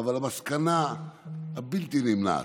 אבל המסקנה הבלתי-נמנעת,